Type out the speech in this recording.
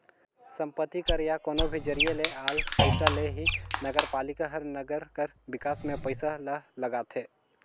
संपत्ति कर या कोनो भी जरिए ले आल पइसा ले ही नगरपालिका हर नंगर कर बिकास में पइसा ल लगाथे